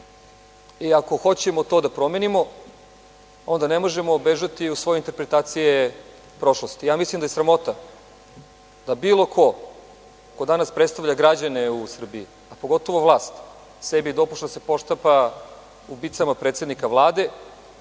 Ako hoćemo to da promenimo, onda ne možemo bežati od svoje interpretacije prošlosti. Ja mislim da je sramota da bilo ko ko danas predstavlja građane u Srbiji, a pogotovo vlast, sebi dopušta da se podštapa ubicama predsednika Vlade